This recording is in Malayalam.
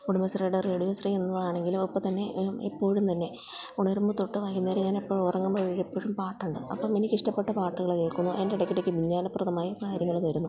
കുടുംബശ്രീയുടെ റേഡിയോശ്രീ എന്നതാണെങ്കിലും എപ്പോഴും തന്നെ ഉണരുമ്പോള് തൊട്ട് വൈകുന്നേരം ഞാനെപ്പോള് ഉറങ്ങുന്നുവോ എപ്പോഴും പാട്ടുണ്ടാകും അപ്പം എനിക്കിഷ്ടപ്പെട്ട പാട്ടുകള് കേള്ക്കും അതിന്റിടയ്ക്ക് വിജ്ഞാനപ്രദമായ കാര്യങ്ങള് വരുന്നു